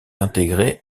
intégrer